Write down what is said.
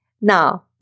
Now